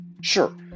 Sure